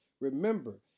remember